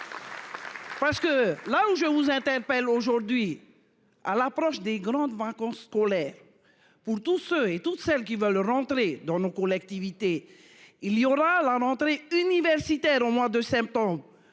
Parce que là où je vous interpelle aujourd'hui à l'approche des grandes vacances scolaires, pour tous ceux et toutes celles qui veulent rentrer dans nos cours l'activité. Il y aura la rentrée universitaire au mois de septembre.